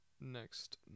next